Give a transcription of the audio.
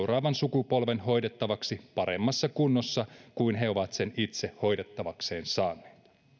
seuraavan sukupolven hoidettavaksi paremmassa kunnossa kuin he ovat sen itse hoidettavakseen saaneet